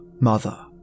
mother